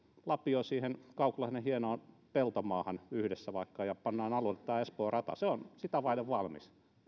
lapio yhdessä vaikka kauklahden hienoon peltomaahan ja panna alulle tämä espoon rata se on sitä vaille valmis